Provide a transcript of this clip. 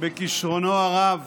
בכישרונו הרב